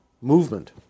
movement